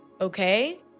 Okay